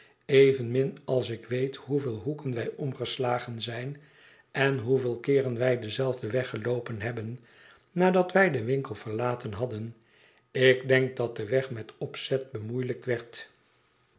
evenmin als ik weet hoeveel hoeken wij ongeslagen zijn en hoeveel keeren wij denzelfden weg geloopen hebben nadat wij den winkel verlaten hadden ik denk dat de weg met opzet bemoeilijkt